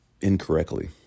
incorrectly